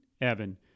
evan